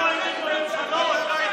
למה?